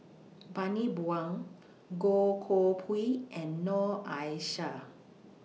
Bani Buang Goh Koh Pui and Noor Aishah